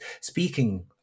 speaking